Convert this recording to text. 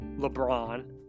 LeBron